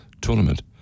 tournament